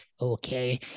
Okay